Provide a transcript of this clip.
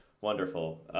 Wonderful